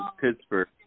Pittsburgh